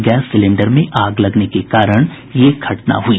gas cylinder में आग लगने के कारण यह घटना हुई